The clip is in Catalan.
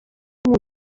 amb